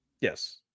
Yes